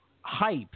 hype